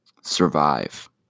survive